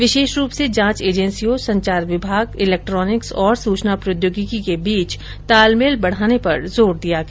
विशेष रूप से जांच एजेन्सियों संचार विभाग इलेक्ट्रानिक्स और सूचना प्रौद्योगिकी के बीच तालमेल बढ़ाने पर जोर दिया गया